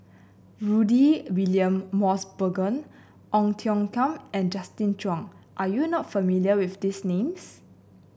Rudy William Mosbergen Ong Tiong Khiam and Justin Zhuang are you not familiar with these names